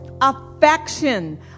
affection